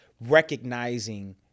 recognizing –